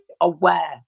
aware